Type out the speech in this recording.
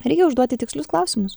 reikia užduoti tikslius klausimus